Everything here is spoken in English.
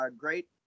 great